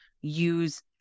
use